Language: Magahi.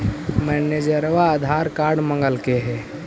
मैनेजरवा आधार कार्ड मगलके हे?